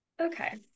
okay